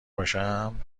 باشم